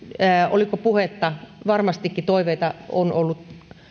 oliko puhetta varmastikin toiveita on ollut